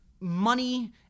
money